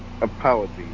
apologies